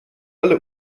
alle